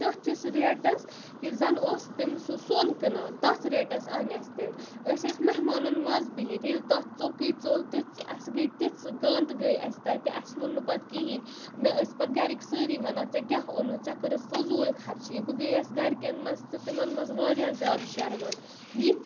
تٔتھِس ریٹَس زَن اوس تٔمۍ سُہ سوٚن کٕنان تَتھ ریٹَس أنہِ اَسہِ تِم أسۍ ٲسۍ مہمانَن منٛز بِہِتھ ییٚلہِ تَتھ ژوٚکٕے ژوٚل تِژھ اَسہِ گٔےٕ تِژھ گنٛد گٔےٕ اَسہِ تَتہِ اَسہِ ووٚن نہٕ پَتہٕ کِہیٖنۍ مےٚ ٲسۍ پَتہٕ گَرِکۍ سٲری وَنان ژےٚ کیاہ اوٚنُژ ژےٚ کٔرٕتھ فوٚضوٗل خَرچی یہِ بہٕ گٔیٚیَس گَرِکؠن منٛز تہٕ تِمَن مَنٛز واریاہ زیادٕ شَرمند یِتھ